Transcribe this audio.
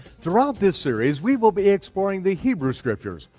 throughout this series, we will be exploring the hebrew scriptures,